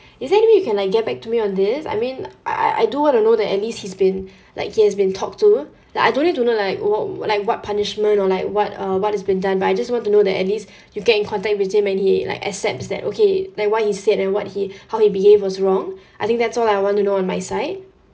is there any way you can like get back to me on this I mean I I I do want to know that at least he's been like he has been talked to like I don't need to know like what like what punishment or like what uh what is been done but I just want to know that at least you get in contact with him and he like accepts that okay like what he said and what he how he behave was wrong I think that's all I want to know on my side